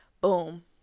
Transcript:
boom